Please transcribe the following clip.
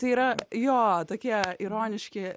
tai yra jo tokie ironiški